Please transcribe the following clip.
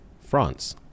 france